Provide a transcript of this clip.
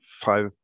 five